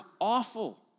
awful